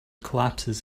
collapses